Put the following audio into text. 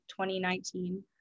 2019